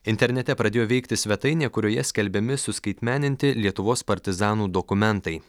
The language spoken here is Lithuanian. internete pradėjo veikti svetainė kurioje skelbiami suskaitmeninti lietuvos partizanų dokumentai